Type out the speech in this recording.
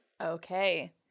Okay